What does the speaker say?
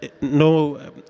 no